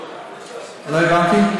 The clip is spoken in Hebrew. לא הבנתי.